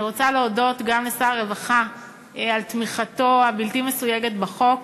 אני רוצה להודות גם לשר הרווחה על תמיכתו הבלתי-מסויגת בחוק,